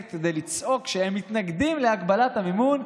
כדי לצעוק שהם מתנגדים להגבלת המימון.